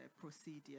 procedure